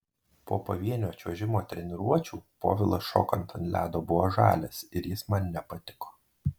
po pavienio čiuožimo treniruočių povilas šokant ant ledo buvo žalias ir jis man nepatiko